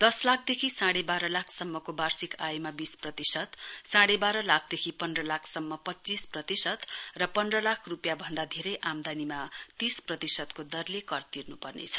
दस लाखदेखि साडै बाह्र लाख सम्मको वार्षिक आयमा बीस प्रतिशत साडै बाह्र लाखदेखि पन्द्र लाखसम्म पञ्चीस प्रतिशत र पन्ध्र लाखरूपियाँ भन्दा धेरै आमदानीमा तीस प्रतिशतको दरले कर तिर्नुपर्नेछ